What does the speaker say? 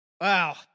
Wow